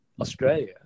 Australia